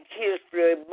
history